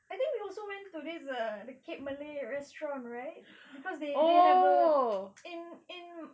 I think we also went to this err the cake malay restaurant right cause they they have the in in